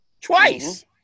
twice